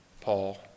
Paul